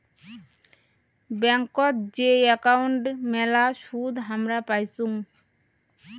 ব্যাংকোত যেই একাউন্ট মেলা সুদ হামরা পাইচুঙ